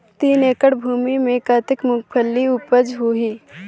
तीन एकड़ भूमि मे कतेक मुंगफली उपज होही?